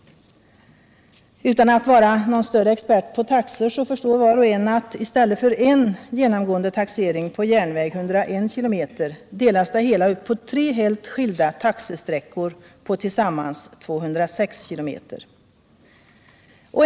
Utan att vara någon större expert på taxor förstår var och en att i stället för en genomgående taxering på järnväg, 101 km, delas det hela upp på tre helt skilda taxesträckor på tillsammans 266 km.